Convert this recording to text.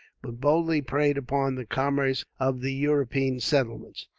but boldly preyed upon the commerce of the european settlements.